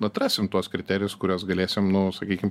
atrasim tuos kriterijus kuriuos galėsim nu sakykim